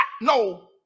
no